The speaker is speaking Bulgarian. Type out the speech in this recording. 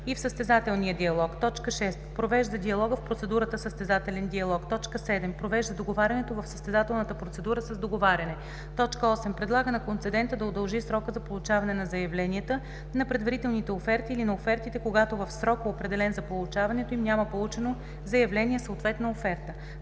и в състезателния диалог; 6. провежда диалога в процедурата състезателен диалог; 7. провежда договарянето в състезателната процедура с договаряне; 8. предлага на концедента да удължи срока за получаване на заявленията, на предварителните оферти или на офертите, когато в срока, определен за получаването им, няма получено заявление, съответно оферта;